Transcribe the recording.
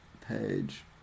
page